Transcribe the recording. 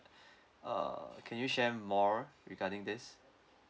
uh can you share more regarding this